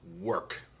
work